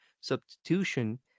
substitution